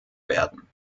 werden